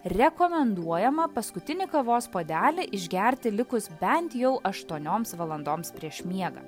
rekomenduojama paskutinį kavos puodelį išgerti likus bent jau aštuonioms valandoms prieš miegą